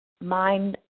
mind